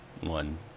one